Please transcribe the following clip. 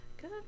Good